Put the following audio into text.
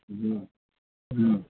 હમ હમ